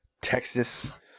Texas